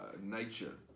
nature